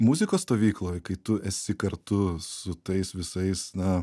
muzikos stovykloj kai tu esi kartu su tais visais na